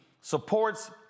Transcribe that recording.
supports